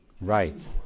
right